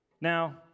Now